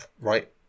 right